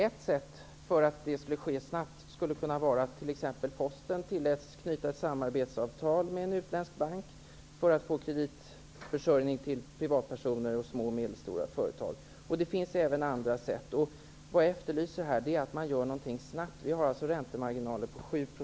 Ett sätt för att få hit dem snabbt skulle kunna vara att exempelvis posten tilläts knyta ett samarbetsavtal med en utländsk bank för att få möjlighet att ge privatpersoner och små och medelstora företag kredit. Det finns även andra sätt. Jag efterlyser att någonting görs snabbt. Vi har räntemarginaler på